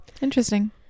Interesting